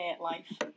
life